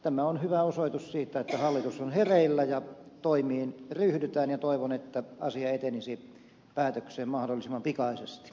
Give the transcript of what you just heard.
tämä on hyvä osoitus siitä että hallitus on hereillä ja toimiin ryhdytään ja toivon että asia etenisi päätökseen mahdollisimman pikaisesti